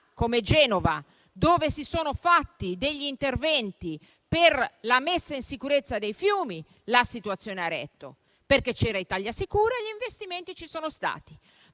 come Genova, dove si sono fatti interventi per la messa in sicurezza dei fiumi, la situazione ha retto, perché c'era il Piano nazionale Italiasicura e gli investimenti ci sono stati;